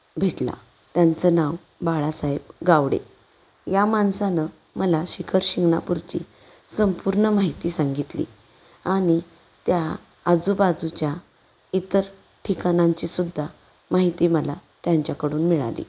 भेटला त्यांचं नाव बाळासाहेब गावडे या माणसानं मला शिखर शिंगणापूरची संपूर्ण माहिती सांगितली आणि त्या आजूबाजूच्या इतर ठिकाणांचीसुद्धा माहिती मला त्यांच्याकडून मिळाली